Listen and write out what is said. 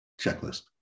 checklist